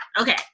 Okay